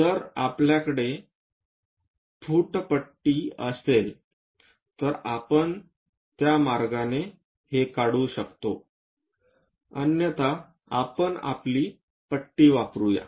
जर आपल्याकडे फूटपट्टी असेल तर आपण त्या मार्गाने हे काढू शकतो अन्यथा आपण आपला पट्टी वापरुया